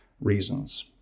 reasons